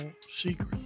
secret